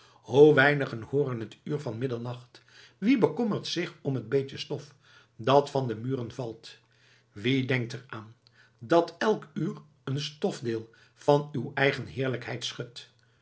hoe weinigen hooren het uur van middernacht wie bekommert zich om het beetje stof dat van de muren valt wie denkt er aan dat elk uur een stofdeel van uw eigen heerlijkheid schudt